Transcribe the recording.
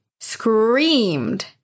screamed